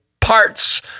parts